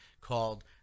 called